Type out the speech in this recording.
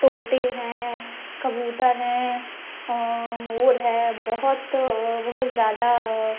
तोतें हैं कबूतर हैं मोर हैं बहुत बहुत ज़्यादा